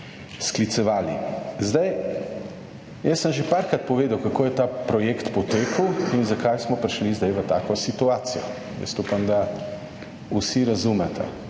sklicevali. Zdaj, jaz sem že parkrat povedal, kako je ta projekt potekel in zakaj smo prišli zdaj v tako situacijo. Jaz upam, da vsi razumete.